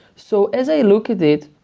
so as i look at it,